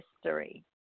history